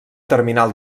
terminal